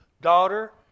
daughter